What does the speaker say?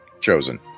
chosen